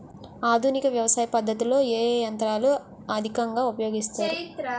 ఆధునిక వ్యవసయ పద్ధతిలో ఏ ఏ యంత్రాలు అధికంగా ఉపయోగిస్తారు?